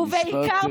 ובעיקר,